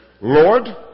Lord